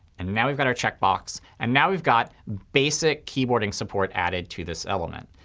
and now we've got our checkbox. and now we've got basic keyboarding support added to this element.